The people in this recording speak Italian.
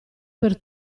per